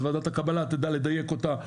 אז ועדת הקבלה תדע לדייק אותה,